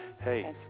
hey